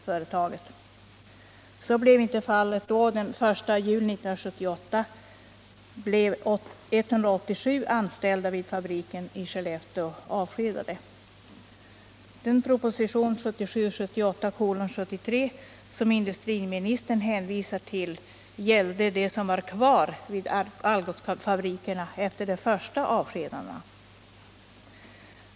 Men så blev inte fallet, och den 1 juli 1978 blev 187 anställda vid fabriken i Skellefteå avskedade.